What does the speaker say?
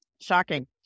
Shocking